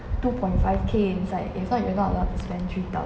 two point five K inside if not you're not allowed to spend three thousand